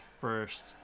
first